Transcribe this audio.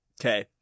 Okay